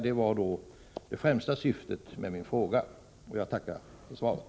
Det var det främsta syftet med min fråga. Jag tackar för svaret.